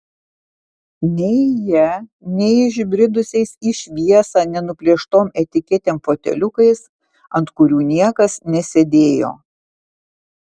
nei ja nei išbridusiais į šviesą nenuplėštom etiketėm foteliukais ant kurių niekas nesėdėjo